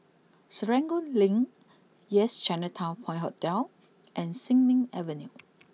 Serangoon Link Yes Chinatown Point Hotel and Sin Ming Avenue